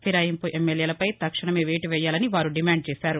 ఫిరాయింపు ఎమ్మెల్యేలపై తక్షణమే వేటు వేయాలని వారు డిమాండ్ చేశారు